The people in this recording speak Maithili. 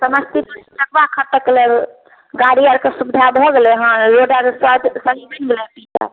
समस्तीपुर कतबा खसकलै गाडी आर के सुविधा भऽ गेलै हँ रोड आर स्वास्थ सब बनि गेलै अतबी टा